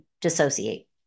dissociate